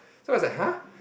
so I was like !huh!